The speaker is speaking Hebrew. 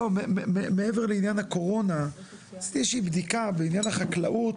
מעבר לעניין הקורונה, עשיתי בדיקה בעניין החקלאות,